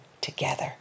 together